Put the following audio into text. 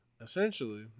essentially